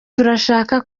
turashaka